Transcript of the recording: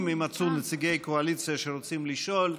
אם יימצאו נציגי קואליציה שרוצים לשאול,